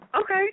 Okay